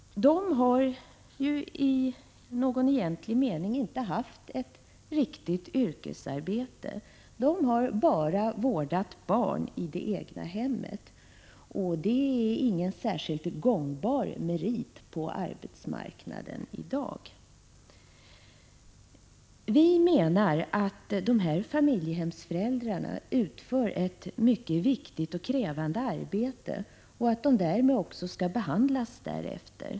De har inte i egentlig mening haft ett riktigt yrkesarbete. De har ”bara” vårdat barn i det egna hemmet, och det är ingen särskilt gångbar merit på arbetsmarknaden i dag. Vi menar att de här familjehemsföräldrarna utför ett mycket viktigt och krävande arbete och att de skall behandlas därefter.